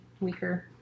weaker